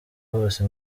hose